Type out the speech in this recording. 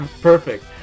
perfect